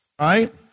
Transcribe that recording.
right